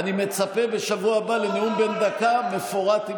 אני מצפה בשבוע הבא לנאום בן דקה מפורט,